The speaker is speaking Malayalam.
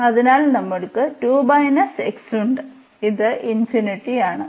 അതിനാൽ നമ്മൾക്ക് 2 x ഉണ്ട് ഇത് ആണ്